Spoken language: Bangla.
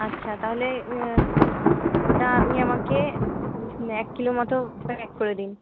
আচ্ছা তাহলে ওটা আপনি আমাকে এক কিলো মতো প্যাক করে দিন